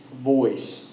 voice